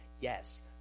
yes